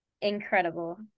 incredible